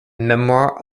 memoir